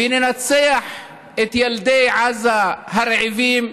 אף פעם, וננצח את ילדי עזה הרעבים.